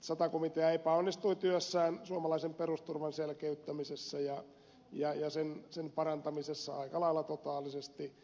sata komitea epäonnistui työssään suomalaisen perusturvan selkeyttämisessä ja sen parantamisessa aika lailla totaalisesti